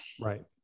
Right